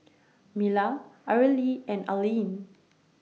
Mila Areli and Arleen